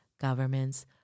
governments